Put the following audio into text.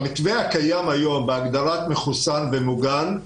המתווה הקיים היום בהגדרת מחוסן ומוגן,